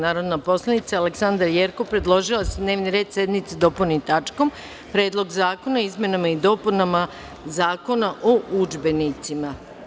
Narodna poslanica Aleksandra Jerkov predložila je da se dnevni red sednice dopuni tačkom Predlog zakona o izmenama i dopunama Zakona o udžbenicima.